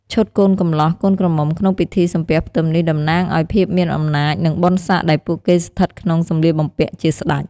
ឈុតកូនកំលោះ កូនក្រមុំ ក្នុងពិធីសំពះផ្ទឹមនេះតំណាងឲ្យភាពមានអំណាច និងបុណ្យស័ក្កិ ដែលពួកគេស្ថិតក្នុងសម្លៀកបំពាក់ជាស្តេច។